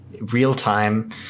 real-time